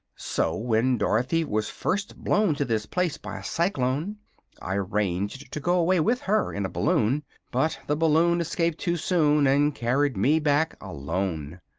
so when dorothy was first blown to this place by a cyclone i arranged to go away with her in a balloon but the balloon escaped too soon and carried me back alone.